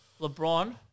LeBron